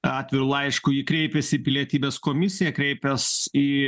atviru laišku ji kreipėsi į pilietybės komisiją kreipias į